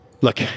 Look